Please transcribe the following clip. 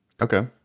Okay